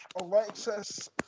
Alexis